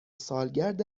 سالگرد